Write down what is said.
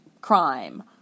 crime